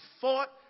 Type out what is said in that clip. fought